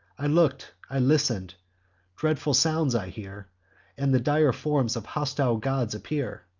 i look'd, i listen'd dreadful sounds i hear and the dire forms of hostile gods appear.